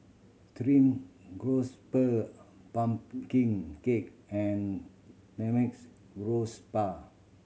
stream pumpkin cake and garoupa